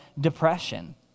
depression